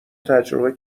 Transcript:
تجربه